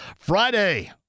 Friday